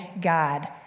God